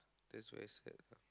that's very sad lah